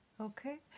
Okay